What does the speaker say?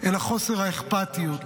אלא חוסר האכפתיות,